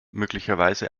möglicherweise